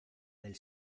del